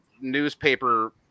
newspaper